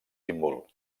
símbol